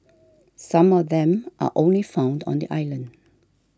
some of them are only found on the island